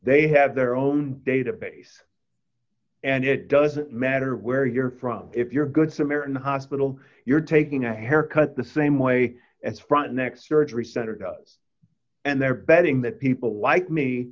they have their own database and it doesn't matter where you're from if you're good samaritan hospital you're taking a haircut the same way as front neck surgery d center does and they're betting that people like me